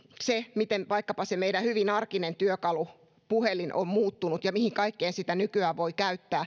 se miten vaikkapa se meidän hyvin arkinen työkalumme puhelin on muuttunut ja mihin kaikkeen sitä nykyään voi käyttää